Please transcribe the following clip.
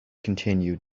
continued